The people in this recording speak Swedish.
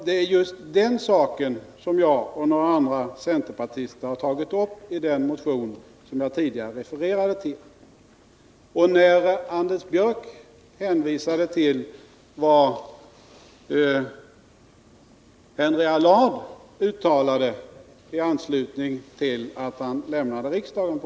Det är just detta som jag och några andra centerpartister har tagit uppi den motion som jag tidigare refererade till. Anders Björck hänvisade till vad Henry Allard på denna punkt uttalade i anslutning till att han lämnade riksdagen.